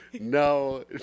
No